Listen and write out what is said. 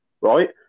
right